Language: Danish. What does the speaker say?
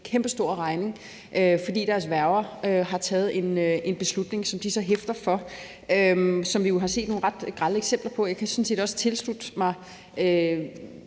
kæmpestor regning, fordi deres værger har taget en beslutning, som de så hæfter for, hvilket vi jo har set nogle ret grelle eksempler på. Jeg kan sådan set også tilslutte mig